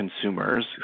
consumers